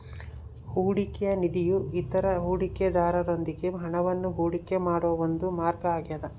ಹೂಡಿಕೆಯ ನಿಧಿಯು ಇತರ ಹೂಡಿಕೆದಾರರೊಂದಿಗೆ ಹಣವನ್ನು ಹೂಡಿಕೆ ಮಾಡುವ ಒಂದು ಮಾರ್ಗ ಆಗ್ಯದ